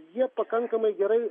jie pakankamai gerai